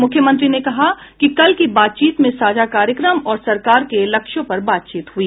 मुख्यमंत्री ने कहा कि कल की बातचीत में साझा कार्यक्रम और सरकार के लक्ष्यों पर बातचीत हई